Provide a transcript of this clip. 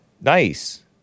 Nice